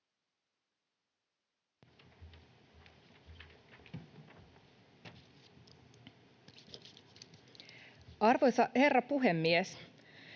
Arvoisa herra puhemies!